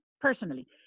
personally